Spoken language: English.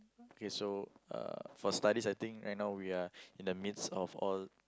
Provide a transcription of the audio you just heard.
K so uh for studies I think right now we are in the midst of all